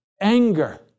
anger